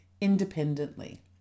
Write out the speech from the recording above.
independently